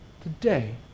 Today